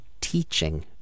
teaching